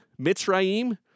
Mitzrayim